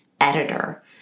editor